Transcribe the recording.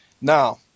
now